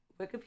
Wikipedia